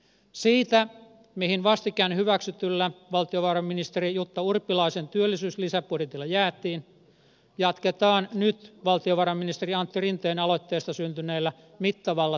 siitä mihin vastikään hyväksytyllä valtiovarainministeri jutta urpilaisen työllisyyslisäbudjetilla jäätiin jatketaan nyt valtiovarainministeri antti rinteen aloitteesta syntyneellä mittavalla työllisyyspaketilla